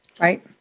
Right